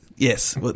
Yes